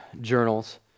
journals